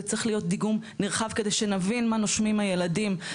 זה צריך להיות דיגום נרחב כדי שנבין מה נושמים הילדים,